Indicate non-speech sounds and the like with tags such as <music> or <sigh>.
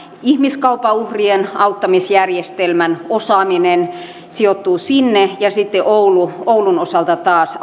ihmiskaupan uhrien auttamisjärjestelmän osaaminen sijoittuu sinne ja sitten oulun oulun osalta taas <unintelligible>